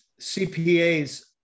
CPAs